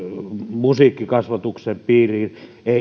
musiikkikasvatuksen piiriin